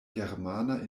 germana